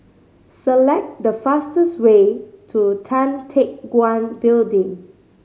select the fastest way to Tan Teck Guan Building